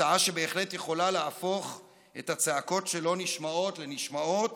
הצעה שבהחלט יכולה להפוך את הצעקות שלא נשמעות לנשמעות